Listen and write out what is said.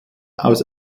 aus